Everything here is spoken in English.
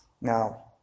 Now